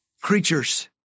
creatures